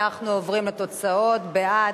ואנחנו עוברים לתוצאות: בעד,